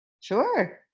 Sure